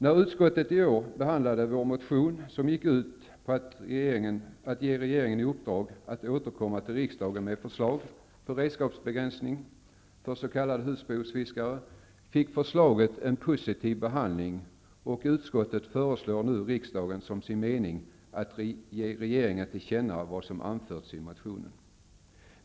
När utskottet i år behandlade vår motion, som gick ut på att ge regeringen i uppdrag att återkomma till riksdagen med förslag till redskapsbegränsning för s.k. husbehovsfiskare, fick förslaget en positiv behandling, och utskottet föreslår riksdagen som sin mening att ge regeringen till känna vad som anförts i motionen.